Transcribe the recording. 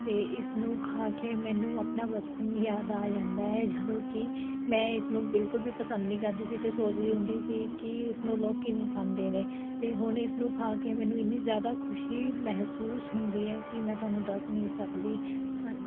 ਅਤੇ ਇਸ ਨੂੰ ਖਾ ਕੇ ਮੈਨੂੰ ਆਪਣਾ ਬਚਪਨ ਯਾਦ ਆ ਜਾਂਦਾ ਹੈ ਜਦੋਂ ਕਿ ਮੈਂ ਇਸਨੂੰ ਬਿਲਕੁਲ ਵੀ ਪਸੰਦ ਨਹੀਂ ਕਰਦੀ ਸੀ ਅਤੇ ਸੋਚਦੀ ਹੁੰਦੀ ਸੀ ਕਿ ਇਸ ਨੂੰ ਲੋਕ ਕਿਵੇਂ ਖਾਂਦੇ ਨੇ ਅਤੇ ਹੁਣ ਇਸਨੂੰ ਖਾ ਕੇ ਮੈਨੂੰ ਇੰਨੀ ਜ਼ਿਆਦਾ ਖੁਸ਼ੀ ਮਹਿਸੂਸ ਹੁੰਦੀ ਹੈ ਕਿ ਮੈਂ ਤੁਹਾਨੂੰ ਦੱਸ ਨਹੀਂ ਸਕਦੀ ਧੰਨਵਾਦ